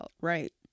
Right